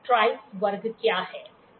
ट्रैय वर्ग क्या है